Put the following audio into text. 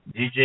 DJ